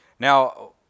Now